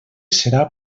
serà